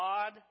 God